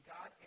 God